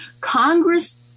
Congress